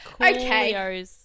okay